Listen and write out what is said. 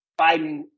Biden